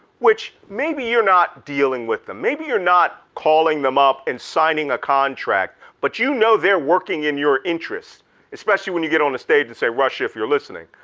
which maybe you're not dealing with them, maybe you're not calling them up and signing a contract but you know they're working in your interests especially when you get on a stage and say russia, if you're listening,